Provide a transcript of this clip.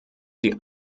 die